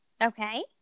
Okay